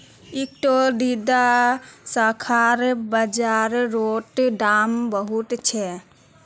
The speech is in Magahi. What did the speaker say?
इकट्ठा दीडा शाखार बाजार रोत दाम बहुत छे